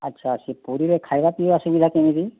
ଆଚ୍ଛା ସେ ପୁରୀରେ ଖାଇବା ପିଇବା ସୁବିଧା କେମତି